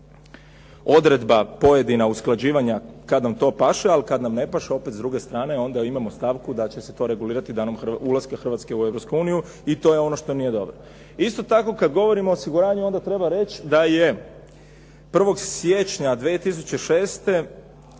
odredba pojedina usklađivanja kad nam to paše, a kad nam ne paše opet s druge strane onda imamo stavku da će se to regulirati danom ulaska Hrvatske u Europsku uniju i to je ono što nije dobro. Isto tako kad govorimo o osiguranju onda treba reći da je 1. siječnja 2006.